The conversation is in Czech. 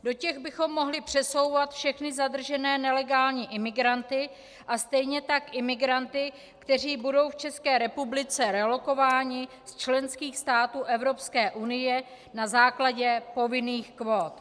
Do těch bychom mohli přesouvat všechny zadržené nelegální imigranty a stejně tak imigranty, kteří budou v České republice relokováni z členských států Evropské unie na základě povinných kvót.